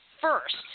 first